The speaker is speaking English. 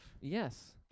Yes